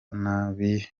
nabi